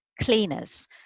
cleaners